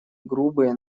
грубые